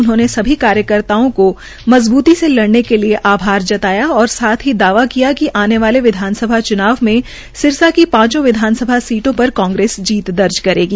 उन्होंने सभी कार्यकर्ताओं को मजबूती से लड़ने के लिए आभार जताया और साथ ही दावा किया कि आने वाले विधानसभा च्नाव में सिरसा की पांचो विधानसभा सीटो पर कांग्रेस जीत दर्ज करेगी